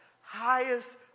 highest